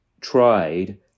tried